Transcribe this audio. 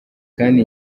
kandi